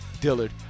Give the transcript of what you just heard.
Dillard